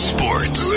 Sports